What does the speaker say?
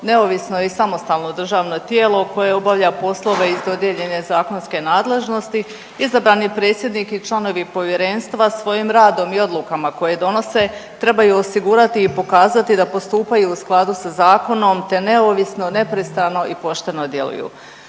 neovisno i samostalno državno tijelo koje obavlja poslove iz dodijeljene zakonske nadležnosti. Izabrani predsjednik i članovi povjerenstva svojim radom i odlukama koje donose trebaju osigurati i pokazati da postupaju u skladu sa zakonom te neovisno, nepristrano i pošteno djeluju.